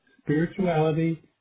spirituality